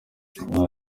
nta